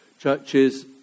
churches